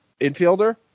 infielder